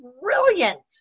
brilliant